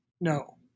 no